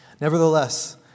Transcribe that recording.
Nevertheless